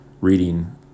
reading